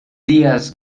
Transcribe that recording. tías